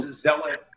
Zealot